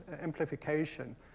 amplification